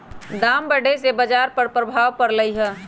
दाम बढ़े से बाजार पर प्रभाव परलई ह